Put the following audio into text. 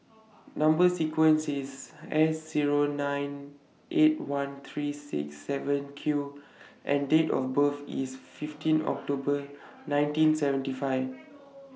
Number sequence IS S Zero nine eight one three six seven Q and Date of birth IS fifteen October nineteen seventy five